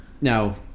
Now